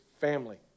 family